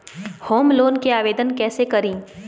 Home loan के आवेदन कैसे करि?